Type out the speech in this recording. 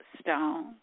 stone